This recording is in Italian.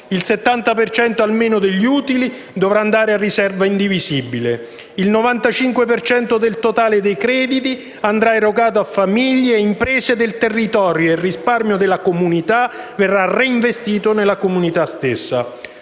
cento almeno degli utili dovrà andare a riserva indivisibile. Il 95 per cento del totale dei crediti andrà erogato a famiglie e imprese del territorio e il risparmio della comunità verrà reinvestito nella comunità stessa.